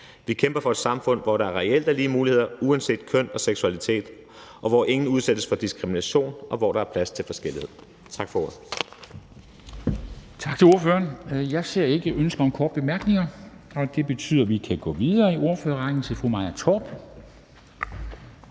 Vi kæmper for et samfund, hvor der reelt er lige muligheder uanset køn og seksualitet, og hvor ingen udsættes for diskrimination, og hvor der er plads til forskellighed. Tak for ordet.